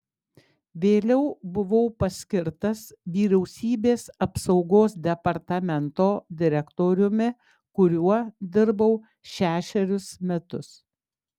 vėliau buvau paskirtas vyriausybės apsaugos departamento direktoriumi kuriuo dirbau šešerius metus